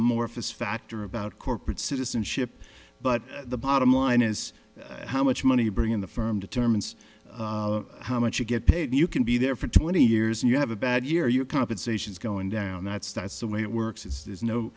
amorphous factor about corporate citizenship but the bottom line is how much money you bring in the firm determines how much you get paid you can be there for twenty years and you have a bad year your compensation is going down that's that's the way it works is there's no